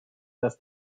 dass